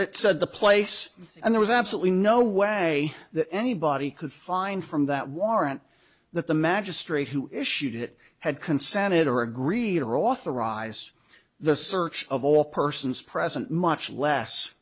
it said the place and there was absolutely no way that anybody could find from that warrant that the magistrate who issued it had consented or agreed or authorized the search of all persons present much